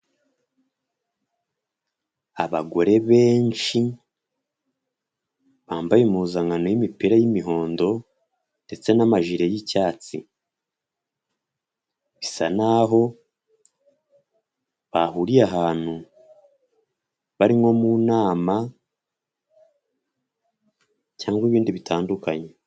Abagore benshi bambaye impuzankano y'imipira y'imihondo ndetse n'amajire y'icyatsi bisa naho bahuriye ahantu bari nko mu nama cyangwa ibindi bitandukanye.